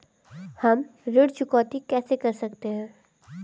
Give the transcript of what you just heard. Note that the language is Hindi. हम ऋण चुकौती कैसे कर सकते हैं?